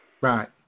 Right